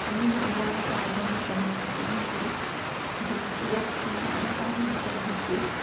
ꯑꯃꯅ ꯑꯋꯥꯕ ꯇꯥꯔꯕ ꯃꯇꯝ ꯑꯃꯗꯤ ꯈꯨꯗꯣꯡꯊꯤꯕ ꯀꯌꯥ ꯑꯃ ꯇꯥꯕ ꯃꯇꯝꯗꯁꯨ